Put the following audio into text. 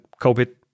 COVID